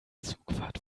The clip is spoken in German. zugfahrt